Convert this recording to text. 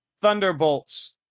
Thunderbolts